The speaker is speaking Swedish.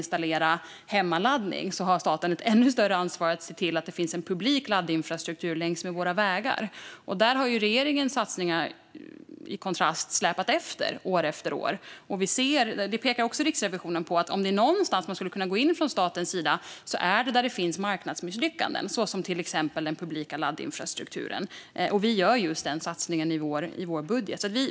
Staten har ett ännu större ansvar att se till att det finns en publik laddinfrastruktur längs med våra vägar än vad den har att hjälpa till med att installera hemmaladdning. Där har regeringens satsningar släpat efter år efter år. Riksrevisionen pekar på att om det är någonstans som man kan gå in från statens sida är det där det finns marknadsmisslyckanden, såsom den publika laddinfrastrukturen. Vi gör just den satsningen i vår budget.